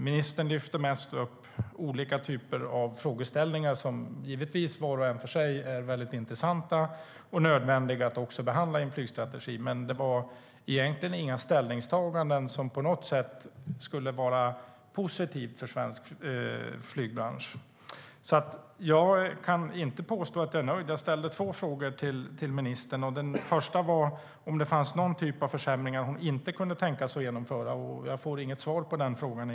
Ministern lyfte mest fram olika typer av frågeställningar som var och en för sig givetvis är väldigt intressanta och nödvändiga att behandla i en flygstrategi, men hon gjorde inte några ställningstaganden som på något sätt skulle vara positiva för svensk flygbransch. Jag kan inte påstå att jag är nöjd. Jag ställde två frågor till ministern. Den första frågan var: Finns det någon typ av försämringar som hon inte kan tänka sig att genomföra? Jag får inget svar på den frågan.